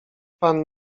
pan